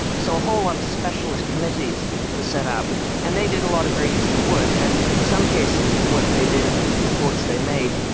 so a whole lot of specialist committees were set up and they did a lot of very useful work, and in some cases the work they did and the reports they made,